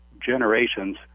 generations